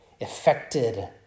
affected